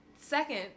Second